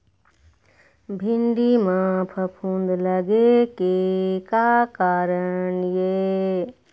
भिंडी म फफूंद लगे के का कारण ये?